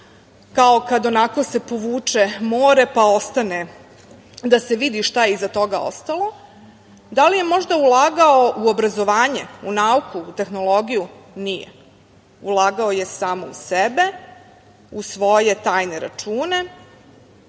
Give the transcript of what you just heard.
kao kada se povuče more pa ostane da se vidi šta je iza toga ostalo? Da li je možda ulagao u obrazovanje, nauku, tehnologiju? Nije, ulagao je samo u sebe, u svoje tajne račune,